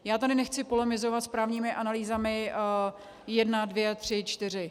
Já tady nechci polemizovat s právními analýzami jedna, dvě, tři, čtyři.